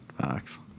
Facts